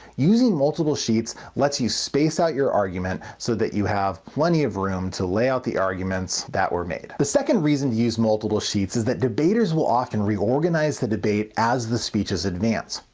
using multiple sheets lets you space out your arguments, so you have plenty of room to layout the arguments that were made. the second reason to use multiple sheets is that debaters will often reorganize the debate as the speeches advance.